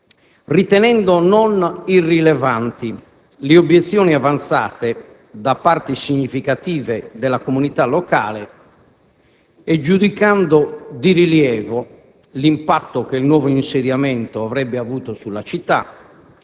ritenendo non irrilevanti le obiezioni avanzate da parti significative della comunità locale e giudicando di rilievo l'impatto che il nuovo insediamento avrebbe avuto sulla città